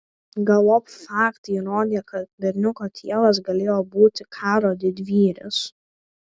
galop faktai rodė kad berniuko tėvas galėjo būti karo didvyris